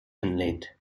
entlehnt